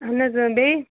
اہن حظ بیٚیہِ